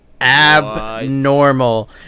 abnormal